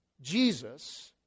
Jesus